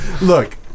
Look